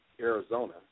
Arizona